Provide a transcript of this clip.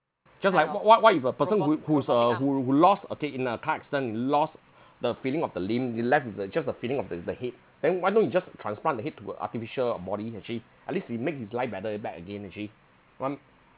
just like what what if a person who who's a who who lost okay in a car accident lost the feeling of the limb he left with the just the feeling of the the head then why don't you just transplant the head to a artificial body actually at least we make his life better back again actually one